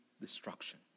destruction